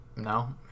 No